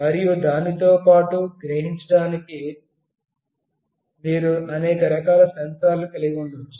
మరియు దానితో పాటు సమగ్రపరచడానికి మీరు అనేక రకాల సెన్సార్లను కలిగి ఉండవచ్చు